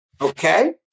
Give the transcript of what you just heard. okay